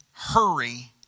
hurry